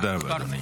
תודה רבה, אדוני.